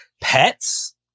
pets